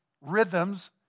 rhythms